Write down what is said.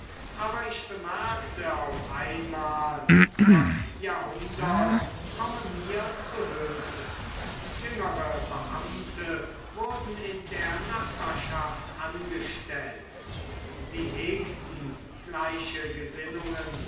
aber ich bemerkte auf einmal das jahrhundert komme mir zu hülfe jüngere beamte wurden in der nachbarschaft angestellt sie hegten gleiche gesinnungen